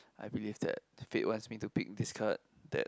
I believe that fate wants me to pick this card that